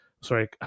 Sorry